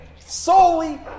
solely